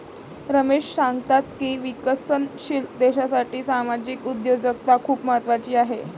रमेश सांगतात की विकसनशील देशासाठी सामाजिक उद्योजकता खूप महत्त्वाची आहे